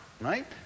right